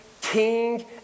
king